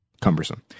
cumbersome